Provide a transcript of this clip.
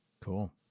Cool